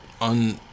on